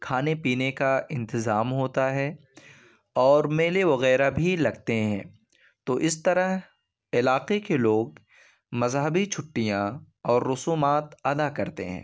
کھانے پینے کا انتظام ہوتا ہے اور میلے وغیرہ بھی لگتے ہیں تو اس طرح علاقے کے لوگ مذہبی چھٹیاں اور رسومات ادا کرتے ہیں